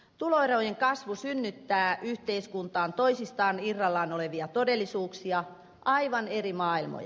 tuloerojen kasvu synnyttää yhteiskuntaan toisistaan irrallaan olevia todellisuuksia aivan eri maailmoja